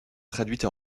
traduites